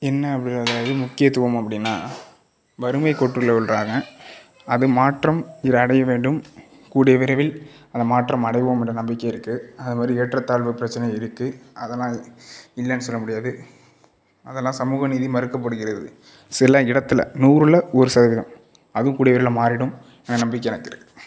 என்ன அப்படி அது முக்கியத்துவம் அப்படினா வறுமைக் கோட்டில் விழுறாங்க அது மாற்றம் அடையவேண்டும் கூடிய விரைவில் அந்த மாற்றம் அடைவோம் என்ற நம்பிக்கை இருக்கு அது மாரி ஏற்றத்தாழ்வு பிரச்சனை இருக்கு அதெலாம் இல்லனு சொல்லமுடியாது அதெலாம் சமூக நீதி மறுக்கப்படுகிறது சில இடத்தில் நூறில் ஒரு சதவீதம் அதுவும் கூடிய விரைவில் மாறிவிடும் அந்த நம்பிக்கை எனக்கு இருக்கு